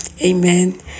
Amen